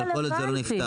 כל עוד זה לא נפתר,